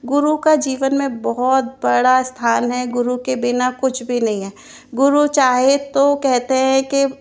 गुरु का जीवन में बहुत बड़ा स्थान है गुरु के बिना कुछ भी नहीं है गुरु चाहे तो कहते हैं कि